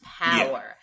power